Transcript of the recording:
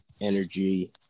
energy